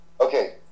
Okay